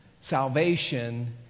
salvation